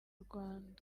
rwanda